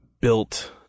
built